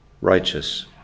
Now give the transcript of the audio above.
Righteous